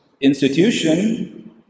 institution